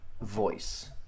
voice